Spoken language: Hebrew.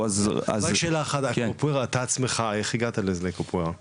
רק שאלה אחת, אתה עצמך איך הגעת לקפוארה?